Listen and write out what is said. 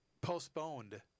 postponed